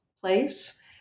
place